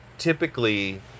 Typically